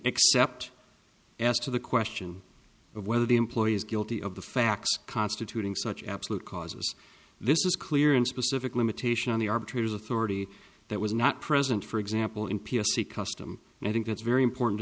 except as to the question of whether the employee is guilty of the facts constituting such absolute causes this is clear and specific limitation on the arbitrators authority that was not present for example in p s c custom and i think it's very important to